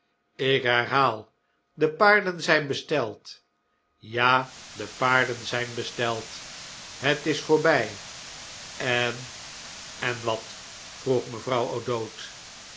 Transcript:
zijnvoet ikherhaal de paarden zijn besteld ja de paarden zijn besteld het is voorbij en en wat vroeg mevrouw o'dowd